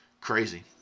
Crazy